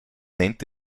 nennt